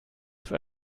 für